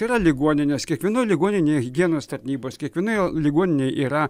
yra ligoninės kiekvienoj ligoninėj higienos tarnybos kiekvienoje ligoninėj yra